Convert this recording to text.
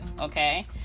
okay